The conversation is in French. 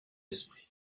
esprit